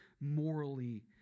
morally